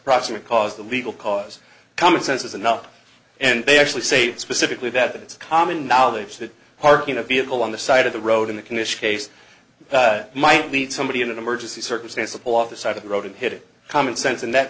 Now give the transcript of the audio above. proximate cause the legal cause common sense is enough and they actually say specifically that it's common knowledge that parking a vehicle on the side of the road in the commish case might lead somebody in an emergency circumstance of pull off the side of the road and hit common sense in that